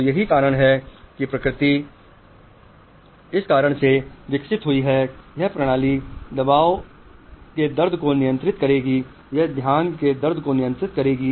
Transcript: तो यही कारण है कि प्रकृति इस तरह से विकसित हुई है कि यह प्रणाली दबाव के दर्द को नियंत्रित करेगी यह ध्यान के दर्द को नियंत्रित करेगी